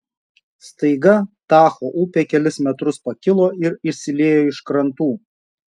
staiga tacho upė kelis metrus pakilo ir išsiliejo iš krantų